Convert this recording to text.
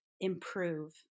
improve